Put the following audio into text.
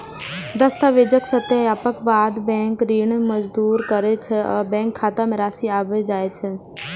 दस्तावेजक सत्यापनक बाद बैंक ऋण मंजूर करै छै आ बैंक खाता मे राशि आबि जाइ छै